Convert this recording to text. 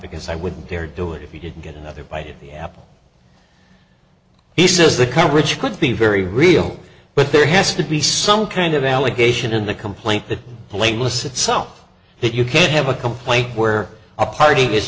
because i wouldn't dare do it if you didn't get another bite at the apple he says the coverage could be very real but there has to be some kind of allegation in the complaint that blameless itself that you can't have a complaint where a party is